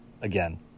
again